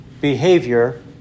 behavior